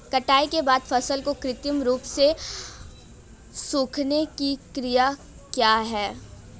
कटाई के बाद फसल को कृत्रिम रूप से सुखाने की क्रिया क्या है?